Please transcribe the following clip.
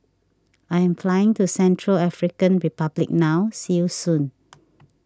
I am flying to Central African Republic now see you soon